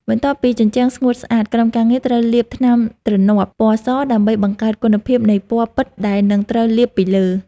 បន្ទាប់ពីជញ្ជាំងស្ងួតស្អាត ក្រុមការងារត្រូវលាបថ្នាំទ្រនាប់ ពណ៌ស ដើម្បីបង្កើនគុណភាពនៃពណ៌ពិតដែលនឹងត្រូវលាបពីលើ។